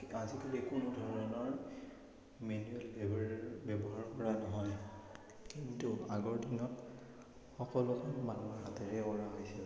আজিকালি কোনো ধৰণৰ মেনোৱেল ৱেভাৰ ব্যৱহাৰ কৰা নহয় কিন্তু আগৰ দিনত সকলো কাম মানুহৰ হাতেৰে কৰা হৈছিল